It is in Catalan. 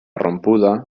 rompuda